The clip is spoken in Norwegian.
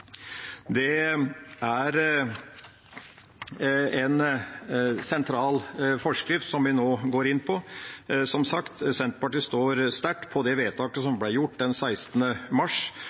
Det er en sentral forskrift vi nå går inn på. Som sagt, Senterpartiet står sterkt på det vedtaket som ble fattet 16. mars.